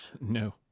No